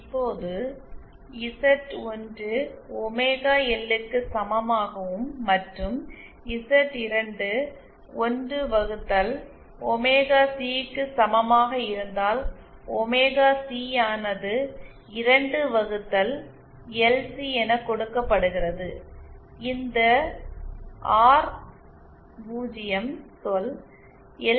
இப்போது Z1 omega L க்கு சமமாகவும் மற்றும் Z2 1 வகுத்தல் ஒமேகா சி க்கு சமமாக இருந்தால் ஒமேகா சி ஆனது 2 வகுத்தல் எல் சி என கொடுக்கப்படுகிறது இந்த ஆர் 0 சொல் எல்